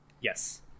Yes